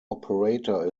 operator